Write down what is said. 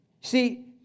See